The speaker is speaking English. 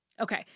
Okay